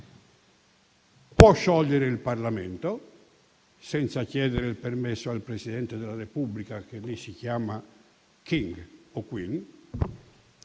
Può sciogliere il Parlamento senza chiedere il permesso al Presidente della Repubblica, che lì si chiama *King* o *Queen*,